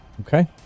Okay